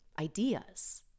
ideas